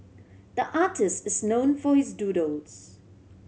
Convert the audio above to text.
the artist is known for his doodles